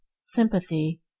sympathy